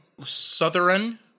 Southern